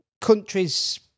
countries